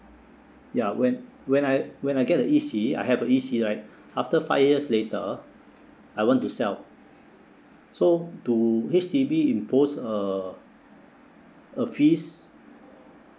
ya when when I when I get the E_C I have a E_C right after five years later I want to sell so do H_D_B impose a a fees